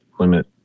limit